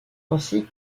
ainsi